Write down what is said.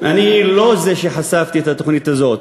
לא אני חשפתי את התוכנית הזאת,